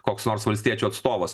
koks nors valstiečių atstovas